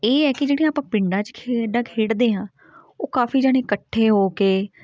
ਇਹ ਹੈ ਕਿ ਜਿਹੜੀਆਂ ਆਪਾਂ ਪਿੰਡਾਂ 'ਚ ਖੇਡਾਂ ਖੇਡਦੇ ਹਾਂ ਉਹ ਕਾਫੀ ਜਣੇ ਇਕੱਠੇ ਹੋ ਕੇ